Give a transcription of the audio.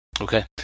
Okay